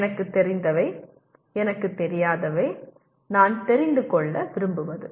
எனக்குத் தெரிந்தவை எனக்குத் தெரியாதவை நான் தெரிந்து கொள்ள விரும்புவது